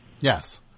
yes